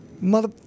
mother